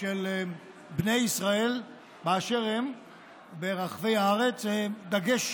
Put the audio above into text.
של בני ישראל באשר הם ברחבי הארץ, דגש